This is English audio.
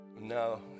no